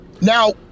now